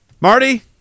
Marty